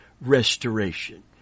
restoration